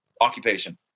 occupation